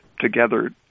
together